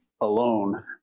alone